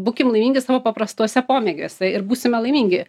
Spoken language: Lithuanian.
būkim laimingi savo paprastuose pomėgiuose ir būsime laimingi